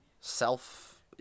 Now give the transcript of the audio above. self